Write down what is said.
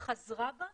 חזרה בה,